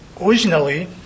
originally